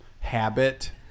habit